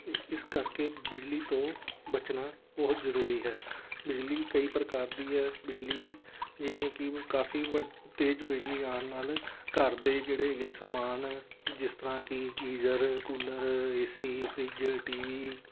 ਇ ਇਸ ਕਰਕੇ ਬਿਜਲੀ ਤੋਂ ਬਚਣਾ ਬਹੁਤ ਜ਼ਰੂਰੀ ਹੈ ਬਿਜਲੀ ਕਈ ਪ੍ਰਕਾਰ ਦੀ ਹੈ ਬਿਜਲੀ ਜਿਵੇਂ ਕਿ ਕਾਫ਼ੀ ਵੱਡ ਤੇਜ਼ ਬਿਜਲੀ ਆਉਣ ਨਾਲ ਘਰ ਦੇ ਜਿਹੜੇ ਹੈਗੇ ਸਮਾਨ ਜਿਸ ਤਰ੍ਹਾਂ ਕਿ geyser cooler A C fridge T we